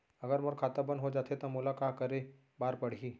अगर मोर खाता बन्द हो जाथे त मोला का करे बार पड़हि?